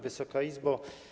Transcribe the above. Wysoka Izbo!